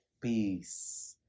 Peace